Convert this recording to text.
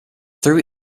through